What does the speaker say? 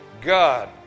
God